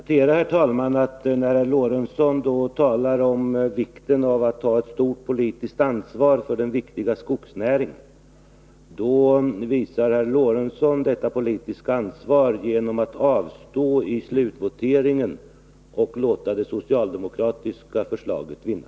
Herr talman! Sven Eric Lorentzon talar om vikten av att ta ett politiskt ansvar för den viktiga skogsnäringen. Får jag då konstatera att herr Lorentzon visar detta politiska ansvar genom att i slutvoteringen avstå från att rösta och låta det socialdemokratiska förslaget vinna.